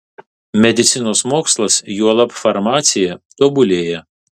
medicinos mokslas juolab farmacija tobulėja